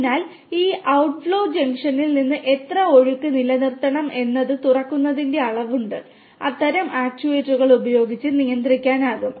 അതിനാൽ ഈ ഔട്ട്ഫ്ലോ ജംഗ്ഷനിൽ നിന്ന് എത്ര ഒഴുക്ക് നിലനിർത്തണം എന്നത് തുറക്കുന്നതിന്റെ അളവുണ്ട് അത്തരം ആക്യുവേറ്ററുകൾ ഉപയോഗിച്ച് നിയന്ത്രിക്കാനാകും